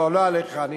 לא עליך.